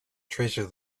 treasure